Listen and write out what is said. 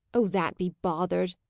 oh, that be bothered!